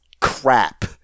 crap